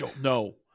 No